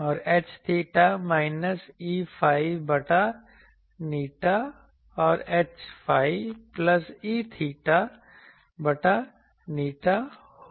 और H𝚹 minus Eϕ बटा η और Hϕ प्लस E𝚹 बटा η होगा